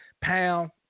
Pound